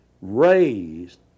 Raised